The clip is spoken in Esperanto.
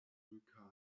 vulkano